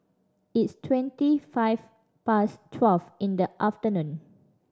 its twenty five past twelve in the afternoon